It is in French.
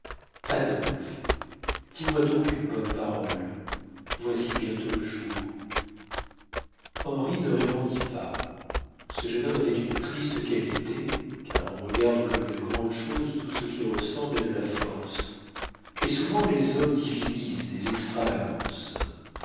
adolphe dis-moi donc une bonne parole voici bientôt le jour henri ne répondit pas ce jeune homme avait une triste qualité car on regarde comme une grande chose tout ce qui ressemble à de la force et souvent les hommes divinisent des extravagances